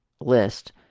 list